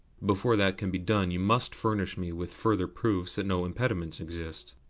before that can be done you must furnish me with further proofs that no impediments exist.